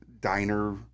diner